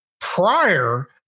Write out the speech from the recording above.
prior